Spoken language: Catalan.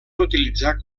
utilitzar